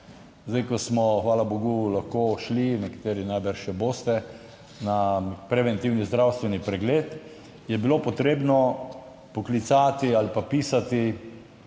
ko smo hvala bogu lahko šli, nekateri najbrž še boste, na preventivni zdravstveni pregled, je bilo potrebno poklicati ali pa pisati